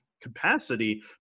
capacity